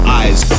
eyes